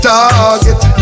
Target